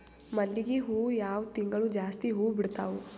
ಮಲ್ಲಿಗಿ ಹೂವು ಯಾವ ತಿಂಗಳು ಜಾಸ್ತಿ ಹೂವು ಬಿಡ್ತಾವು?